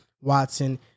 Watson